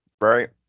right